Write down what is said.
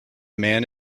man